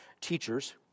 teachers